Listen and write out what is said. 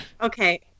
Okay